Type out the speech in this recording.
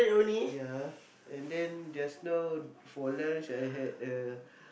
ya and then just now for lunch I had a